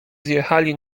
zjechali